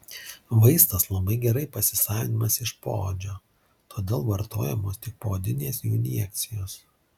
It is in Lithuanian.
vaistas labai gerai pasisavinamas iš poodžio todėl vartojamos tik poodinės jų injekcijos